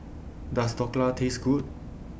Does Dhokla Taste Good